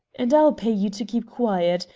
and i'll pay you to keep quiet.